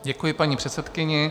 Děkuji paní předsedkyni.